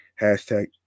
hashtag